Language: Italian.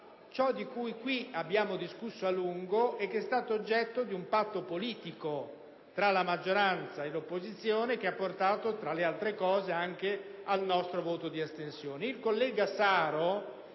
in questa sede abbiamo discusso a lungo e che è stato oggetto di un patto politico tra maggioranza e opposizione, che ha portato tra l'altro anche al nostro voto di astensione.